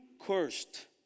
cursed